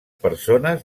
persones